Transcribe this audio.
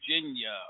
Virginia